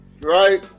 right